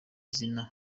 izina